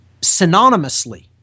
synonymously